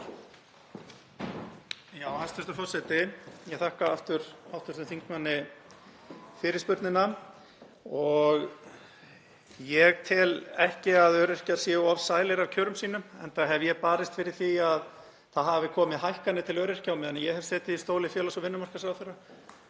Hæstv. forseti. Ég þakka aftur hv. þingmanni fyrirspurnina. Ég tel ekki að öryrkjar séu of sælir af kjörum sínum, enda hef ég barist fyrir því að það hafi komið hækkanir til öryrkja á meðan ég hef setið í stóli félags- og vinnumarkaðsráðherra.